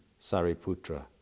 Sariputra